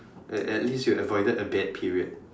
at at least you avoided a bad period